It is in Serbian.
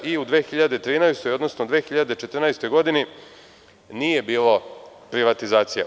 U 2013. godini, odnosno u 2014. godini nije bilo privatizacija.